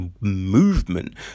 movement